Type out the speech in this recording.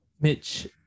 Mitch